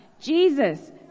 Jesus